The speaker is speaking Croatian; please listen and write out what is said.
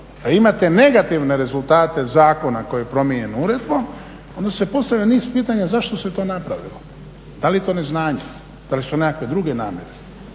a imate negativne rezultate zakona koji je promijenjen uredbom onda se postavlja niz pitanja zašto se to napravilo, da li to neznanjem, da li su nekakve druge namjere